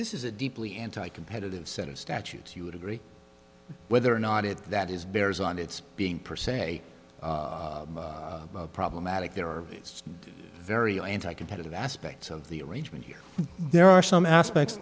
this is a deeply anti competitive set of statutes you would agree whether or not it that is bears on its being percent a problematic there are very anti competitive aspects of the arrangement here there are some aspects